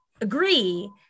agree